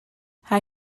hij